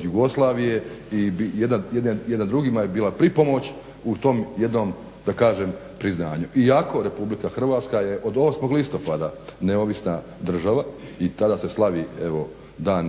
Jugoslavije i jer na drugima je bila pripomoć u tom jednom da kažem priznanju, iako RH od 8.listopada neovisna država i tada se slavi